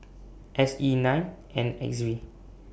S E nine N X V